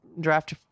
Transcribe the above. draft